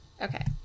okay